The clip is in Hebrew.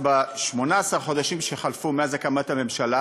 ב-18 החודשים שחלפו מאז הקמת הממשלה